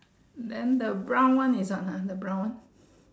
then the brown one is what ah the brown one